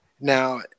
now